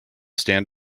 stand